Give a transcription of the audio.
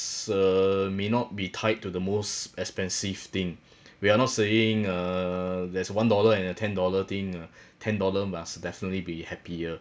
err may not be tied to the most expensive thing we are not saying err there's one dollar and a ten dollar thing uh ten dollar must definitely be happier